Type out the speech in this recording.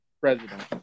President